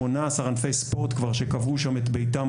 18 ענפי ספורט כבר שקבעו שם את ביתם